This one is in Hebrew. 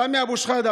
סמי אבו שחאדה,